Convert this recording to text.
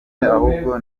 ahubwo